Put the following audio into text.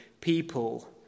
people